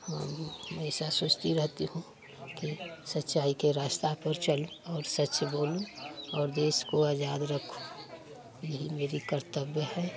हम ऐसा सोचती रहती हूँ कि सच्चाई के रास्ता पर चलूँ और सच बोलूँ और देश को आजाद रखूँ यही मेरी कर्तव्य है